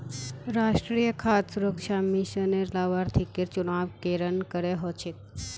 राष्ट्रीय खाद्य सुरक्षा मिशनेर लाभार्थिकेर चुनाव केरन करें हो छेक